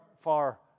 far